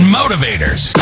motivators